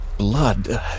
blood